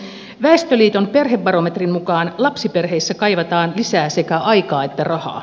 väestöliiton perhebarometrin mukaan lapsiperheissä kaivataan lisää sekä aikaa että rahaa